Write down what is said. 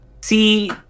See